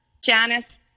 Janice